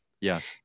Yes